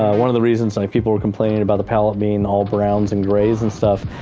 one of the reasons people were complaining about the pallet being all browns and grays and stuff,